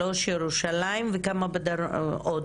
שלוש בירושלים, וכמה עוד?